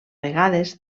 vegades